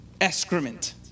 excrement